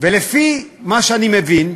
ולפי מה שאני מבין,